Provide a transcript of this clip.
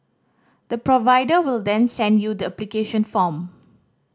the provider will then send you the application form